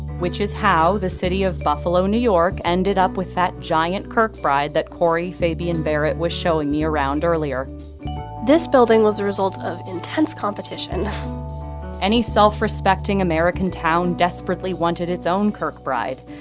which is how the city of buffalo, new york ended up with that giant kirkbride that corey fabian-barrett was showing me around earlier this building was a result of intense competition any self-respecting american town desperately wanted its own kirkbride.